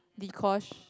Deekosh